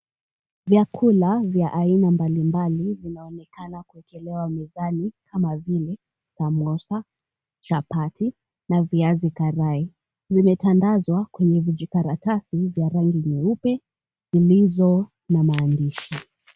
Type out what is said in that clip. Vyakula vya aina mbalimbali vinaonekana kuwekelewa mezani kama vile samosa, chapati, na viazi karai. Vimetandazwa kwenye vijikaratasi vya rangi nyeupe vilivyo na maandishi.